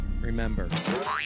Remember